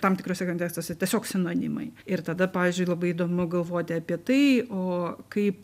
tam tikruose kontekstuose tiesiog sinonimai ir tada pavyzdžiui labai įdomu galvoti apie tai o kaip